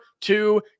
two